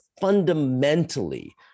fundamentally